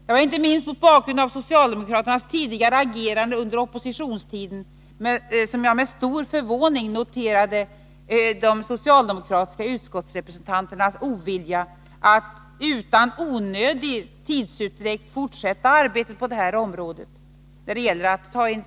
Det är inte minst mot bakgrund av socialdemokraternas tidigare agerande under oppositionstiden som jag med stor förvåning noterat de socialdemokratiska utskottsrepresentanternas ovilja att utan onödig tidsutdräkt fortsätta arbetet på detta område.